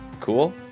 Cool